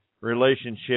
relationship